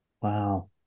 Wow